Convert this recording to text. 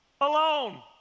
alone